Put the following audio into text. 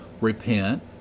repent